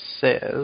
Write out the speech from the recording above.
says